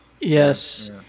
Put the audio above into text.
Yes